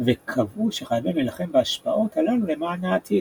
וקבעו שחייבים להילחם בהשפעות הללו למען העתיד,